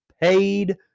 paid